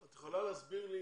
את יכולה להסביר לי